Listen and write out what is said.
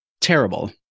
terrible